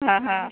ആ ഹാ